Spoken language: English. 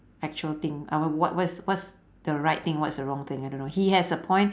actual thing I wa~ what what what's the right thing what's the wrong thing I don't know he has a point